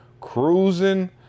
cruising